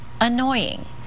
annoying